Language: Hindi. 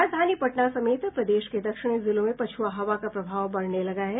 राजधानी पटना समेत प्रदेश के दक्षिणी जिलों में पछुआ हवा का प्रभाव बढ़ने लगा है